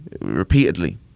repeatedly